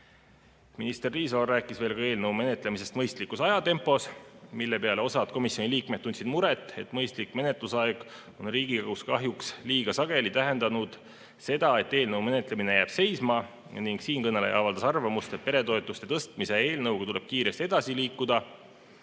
Minister Riisalo rääkis eelnõu menetlemisest mõistlikus ajatempos, mille peale osa komisjoni liikmeid tundis muret, et mõistlik menetlusaeg on Riigikogus kahjuks liiga sageli tähendanud seda, et eelnõu menetlemine jääb seisma. Siinkõneleja avaldas arvamust, et peretoetuste tõstmise eelnõuga tuleb kiiresti edasi liikuda.